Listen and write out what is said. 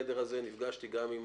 בחדר הזה, נפגשתי גם עם